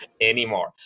anymore